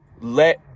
let